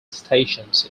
stations